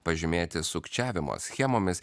pažymėti sukčiavimo schemomis